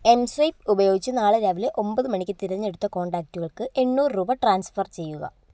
M swipe ഉപയോഗിച്ച് നാളെ രാവിലെ ഒപത് മണിക്ക് തിരഞ്ഞെടുത്ത കോൺടാക്റ്റുകൾക്ക് എണ്ണൂറ് രൂപ ട്രാൻസ്ഫർ ചെയ്യുക